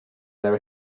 their